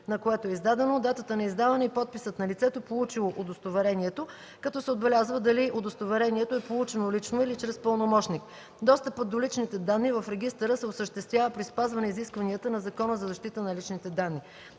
на което е издадено, датата на издаване и подписът на лицето, получило удостоверението, като се отбелязва дали удостоверението е получено лично или чрез пълномощник. Достъпът до личните данни в регистъра се осъществява при спазване изискванията на Закона за защита на личните данни.